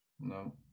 No